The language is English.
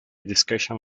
discussion